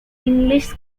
english